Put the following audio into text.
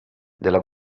della